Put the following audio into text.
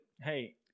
Hey